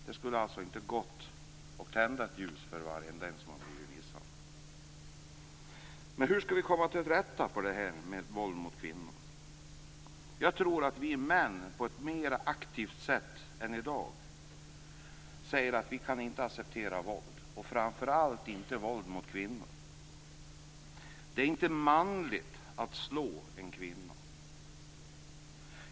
Det skulle alltså inte ha gått att tända ett ljus för varenda en som hade blivit misshandlad. Hur skall vi komma till rätta med våldet mot kvinnor? Jag tror att vi män på ett mer aktivt sätt än i dag måste tala om att vi inte kan acceptera våld, framför allt inte våld mot kvinnor. Det är inte manligt att slå en kvinna.